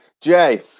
Jay